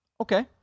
Okay